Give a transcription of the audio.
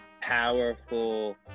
powerful